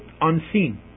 unseen